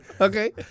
Okay